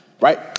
right